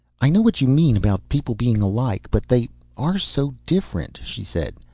i know what you mean about people being alike but they are so different, she said.